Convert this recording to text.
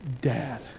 dad